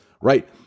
right